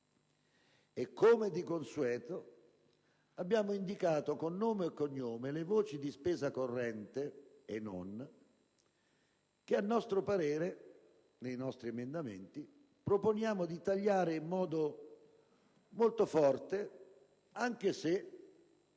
Come di consueto, abbiamo indicato con nome e cognome le voci di spesa, corrente e non, che, nei nostri emendamenti, proponiamo di tagliare in modo molto forte, anche se